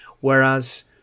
Whereas